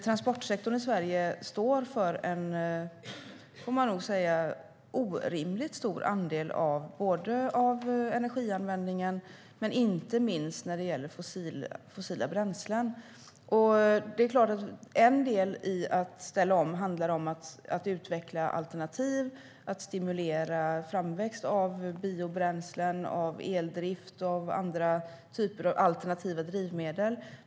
Transportsektorn i Sverige står för en orimligt stor, får man nog säga, andel av både energianvändningen och inte minst användningen av fossila bränslen. Det är klart att en del i att ställa om handlar om att utveckla alternativ och att stimulera framväxt av biobränslen, eldrift och andra typer av alternativa drivmedel.